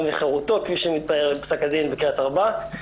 וחירותו כפי שמתבהר מפסק הדין בקריית ארבע.